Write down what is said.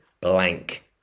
blank